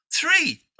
three